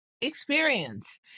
experience